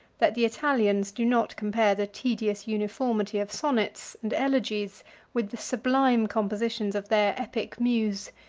that the italians do not compare the tedious uniformity of sonnets and elegies with the sublime compositions of their epic muse,